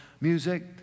music